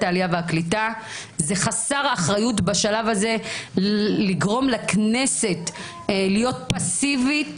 העלייה והקליטה: זה חסר אחריות בשלב הזה לגרום לכנסת להיות פסיבית